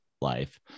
life